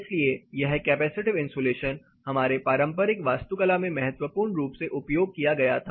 इसलिए यह capacitive insulation हमारे पारंपरिक वास्तुकला में महत्वपूर्ण रूप से उपयोग किया गया था